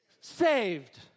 saved